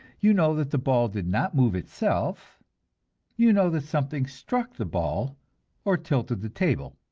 you know that the ball did not move itself you know that something struck the ball or tilted the table.